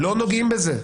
לא נוגעים בזה.